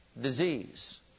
disease